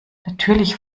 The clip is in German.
natürlich